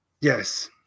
Yes